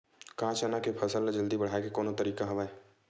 का चना के फसल ल जल्दी बढ़ाये के कोनो तरीका हवय?